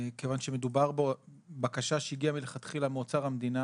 כיוון שמדובר בבקשה שהגיעה מלכתחילה מאוצר המדינה